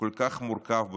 וכל כך מורכב בממשלה,